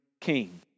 king